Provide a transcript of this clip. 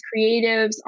creatives